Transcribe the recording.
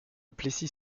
plessis